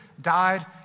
died